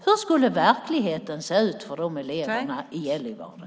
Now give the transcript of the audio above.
Hur skulle verkligheten se ut för de eleverna i Gällivare?